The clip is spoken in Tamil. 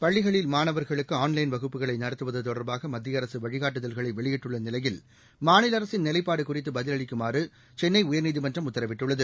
பள்ளிகளில் மாணவர்களுக்கு ஆன்லைன் வகுப்புகளை நடத்துவது தொடர்பாக மத்திய அரசு வழிகாட்டுதல்களை வெளியிட்டுள்ள நிலையில் மாநில அரசின் நிலைப்பாடு குறித்து பதிலளிக்குமாறு சென்னை உயர்நீதிமன்றம் உத்தரவிட்டுள்ளது